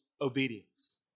obedience